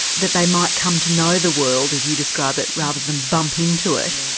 that they might come to know the world as you describe it rather than bump into it,